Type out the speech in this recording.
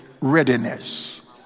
Readiness